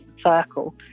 circle